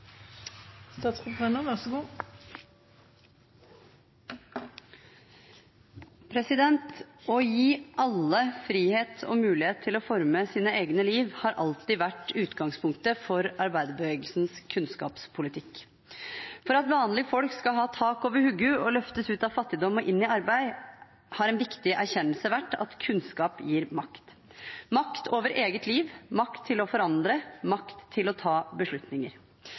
mulighet til å forme sitt eget liv har alltid vært utgangspunktet for arbeiderbevegelsens kunnskapspolitikk. For at vanlige folk skal ha tak over «huggu» og løftes ut av fattigdom og inn i arbeid, har det vært en viktig erkjennelse at kunnskap gir makt – makt over eget liv, makt til å forandre, makt til å ta beslutninger.